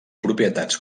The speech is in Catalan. propietats